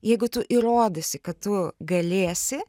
jeigu tu įrodysi kad tu galėsi